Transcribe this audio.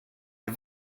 der